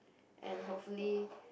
and hopefully